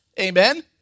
Amen